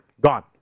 gone